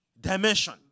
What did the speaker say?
dimension